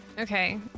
Okay